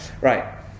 Right